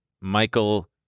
Michael